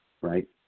right